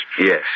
Yes